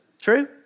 True